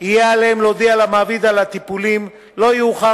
יהיה עליהם להודיע למעביד על הטיפולים לא יאוחר